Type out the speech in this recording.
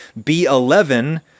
B11